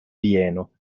vieno